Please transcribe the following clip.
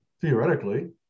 theoretically